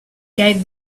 gave